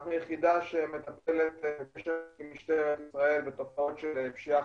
אנחנו יחידה שמטפלת עם משטרת ישראל בתופעות של פשיעה